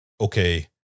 okay